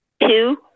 two